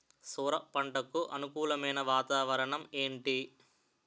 సొర పంటకు అనుకూలమైన వాతావరణం ఏంటి?